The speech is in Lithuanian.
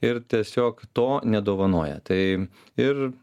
ir tiesiog to nedovanoja tai ir